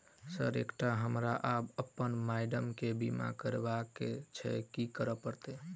Sir एकटा हमरा आ अप्पन माइडम केँ बीमा करबाक केँ छैय की करऽ परतै?